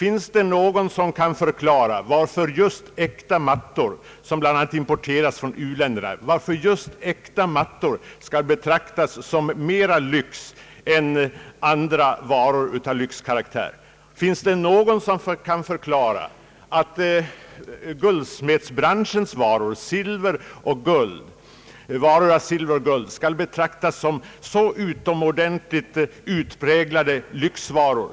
Kan någon förklara varför just äkta mattor, som i huvudsak importeras från u-länderna, skall lyxbeskattas, medan andra varor av lika hög lyxkaraktär går fria? Den andra gruppen är guldsmedsbranschens varor. Varför skall varor av guld och silver betraktas som så utpräglade lyxvaror?